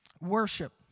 worship